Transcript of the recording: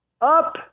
up